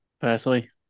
personally